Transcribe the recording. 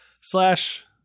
slash